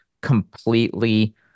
completely